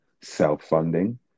self-funding